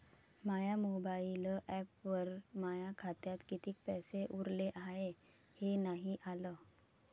माया mobile ॲपवर माया खात्यात किती पैसे उरले हाय हे नाही आलं